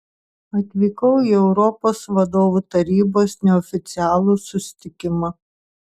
atvykau į europos vadovų tarybos neoficialų susitikimą